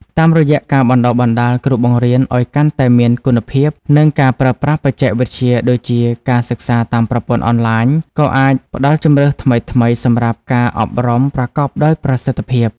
តាមរយៈការបណ្តុះបណ្តាលគ្រូបង្រៀនឱ្យកាន់តែមានគុណភាព និងការប្រើប្រាស់បច្ចេកវិទ្យាដូចជាការសិក្សាតាមប្រព័ន្ធអនឡាញ ក៏អាចផ្តល់ជម្រើសថ្មីៗសម្រាប់ការអប់រំប្រកបដោយប្រសិទ្ធភាព។